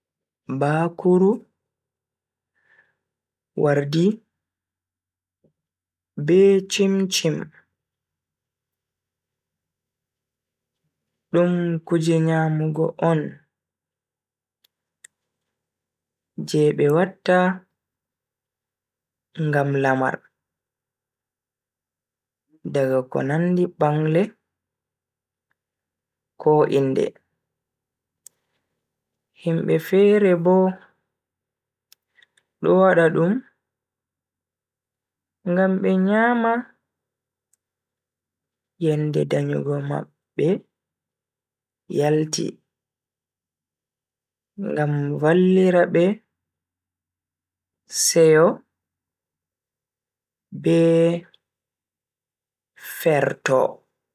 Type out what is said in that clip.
bakuru. Wardi, be chim-chim. Dum kuje nyamugo on je be watta ngam lamar. Daga ko nandi bangle ko inde. Himbe fere bo do wada dum ngam be nyama yende danyugo mabbe yalti ngam vallira be seyo be ferto.